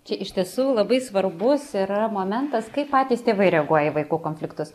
čia iš tiesų labai svarbus yra momentas kaip patys tėvai reaguoja į vaikų konfliktus